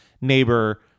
neighbor